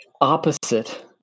opposite